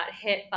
hit